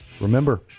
Remember